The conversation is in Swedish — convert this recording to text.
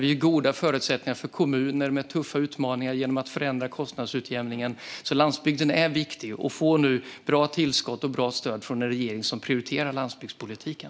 Vi ger goda förutsättningar för kommuner med tuffa utmaningar genom att förändra kostnadsutjämningen. Landsbygden är viktig och får nu bra tillskott och bra stöd från en regering som prioriterar landsbygdspolitiken.